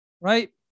right